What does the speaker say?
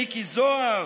מיקי זוהר,